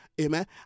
amen